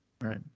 right